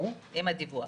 עם הדיווח.